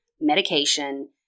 medication